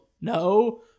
no